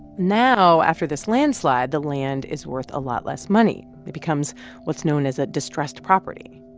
now, after this landslide, the land is worth a lot less money. it becomes what's known as a distressed property,